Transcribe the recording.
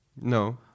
No